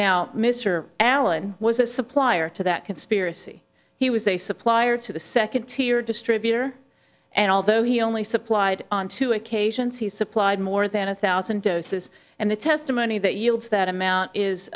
now mr allen was a supplier to that conspiracy he was a supplier to the second tier distributor and although he only supplied on two occasions he supplied more than a thousand doses and the testimony that yields that amount